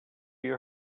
your